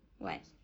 what